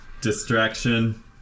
distraction